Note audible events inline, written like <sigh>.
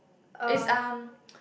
it's um <noise>